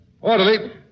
orderly